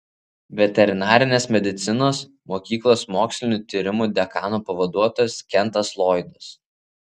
veterinarinės medicinos mokyklos mokslinių tyrimų dekano pavaduotojas kentas loydas